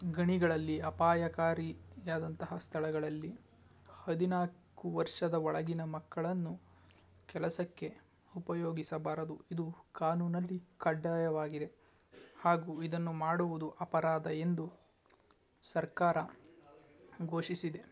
ಗಣಿಗಳಲ್ಲಿ ಅಪಾಯಕಾರಿಯಾದಂತಹ ಸ್ಥಳಗಳಲ್ಲಿ ಹದಿನಾಲ್ಕು ವರ್ಷದ ಒಳಗಿನ ಮಕ್ಕಳನ್ನು ಕೆಲಸಕ್ಕೆ ಉಪಯೋಗಿಸಬಾರದು ಇದು ಕಾನೂನಲ್ಲಿ ಕಡ್ಡಾಯವಾಗಿದೆ ಹಾಗೂ ಇದನ್ನು ಮಾಡುವುದು ಅಪರಾಧ ಎಂದು ಸರ್ಕಾರ ಘೋಷಿಸಿದೆ